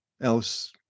else